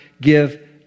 give